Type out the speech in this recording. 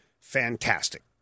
fantastic